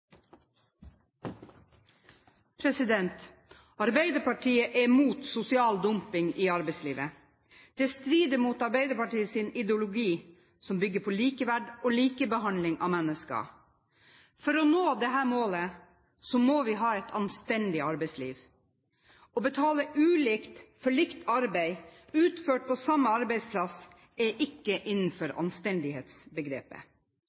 sosial dumping i arbeidslivet. Det strider mot Arbeiderpartiets ideologi, som bygger på likeverd og likebehandling av mennesker. For å nå dette målet må vi ha et anstendig arbeidsliv. Å betale ulikt for likt arbeid utført på samme arbeidsplass er ikke